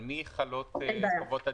על מי חלות חובות הדיווח.